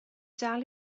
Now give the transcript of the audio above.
dal